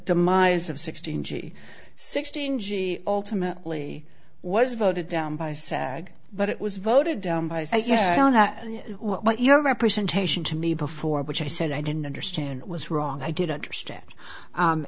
demise of sixteen g b sixteen g ultimately was voted down by sag but it was voted down that what your representation to me before which i said i didn't understand was wrong i did understand